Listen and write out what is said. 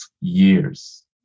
years